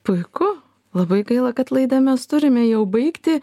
puiku labai gaila kad laidą mes turime jau baigti